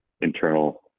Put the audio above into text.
internal